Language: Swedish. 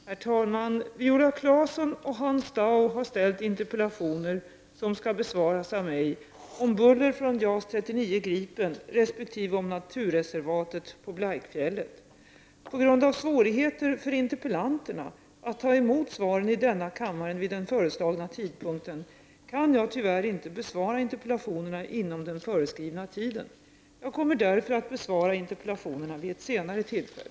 Herr talman! Viola Claesson och Hans Dau har ställt interpellationer som skall besvaras av mig om buller från JAS 39 Gripen resp. om naturreservatet på Blaikfjället. På grund av svårigheter för interpellanterna att ta emot sva ret i denna kammare vid den föreslagna tidpunkten kan jag tyvärr inte besvara interpellationerna inom den föreskrivna tiden. Jag kommer därför att besvara interpellationerna vid ett senare tillfälle.